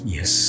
Yes